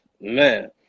Man